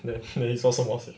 definitely sound so upset